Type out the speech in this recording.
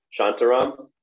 Shantaram